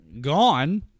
gone